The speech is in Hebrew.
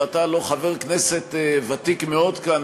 ואתה הלוא חבר כנסת ותיק מאוד כאן,